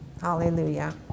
Hallelujah